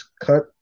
cut